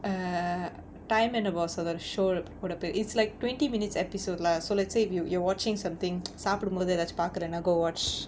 err time என்ன:enna boss அது ஒரு:athu oru show ஓட பெயரு:oda peyaru it's like twenty minutes episode leh so let's say if you you're watching something சாப்பிடும் போது எதாச்சும் பாக்குறனா:saappidum pothu edaachum paakkuranaa go watch